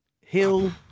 Hill